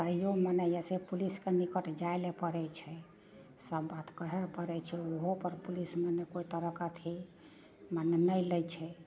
पाइयो माँङ्गल जाइ छै पुलिस कए निकट जाइलए पड़ै छै सब बात कहै लए पड़ै छै ओहोपर पुलिस नहि कोइ तरहके अथी मने नहि लै छै